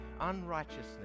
unrighteousness